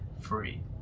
free